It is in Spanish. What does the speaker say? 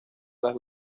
las